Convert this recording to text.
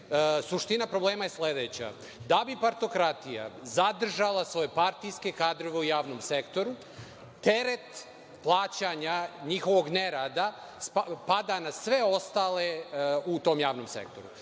sektor. Suština problema je sledeća. Da bi partokratija zadržala svoje partijske kadrove u javnom sektoru, teret plaćanja njihovog nerada pada na sve ostale u tom javnom sektoru.